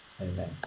Amen